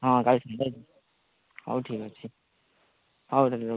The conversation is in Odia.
ହଁ କାଲି ସାଙ୍ଗ ହଉ ଠିକ୍ ଅଛି ହଉ ତାହେଲେ ରଖୁଛି